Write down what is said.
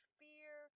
fear